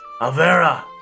Avera